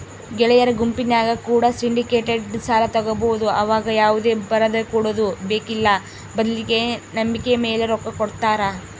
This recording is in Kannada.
ಗೆಳೆಯರ ಗುಂಪಿನ್ಯಾಗ ಕೂಡ ಸಿಂಡಿಕೇಟೆಡ್ ಸಾಲ ತಗಬೊದು ಆವಗ ಯಾವುದೇ ಬರದಕೊಡದು ಬೇಕ್ಕಿಲ್ಲ ಬದ್ಲಿಗೆ ನಂಬಿಕೆಮೇಲೆ ರೊಕ್ಕ ಕೊಡುತ್ತಾರ